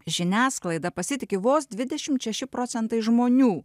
žiniasklaida pasitiki vos dvidešim šeši procentai žmonių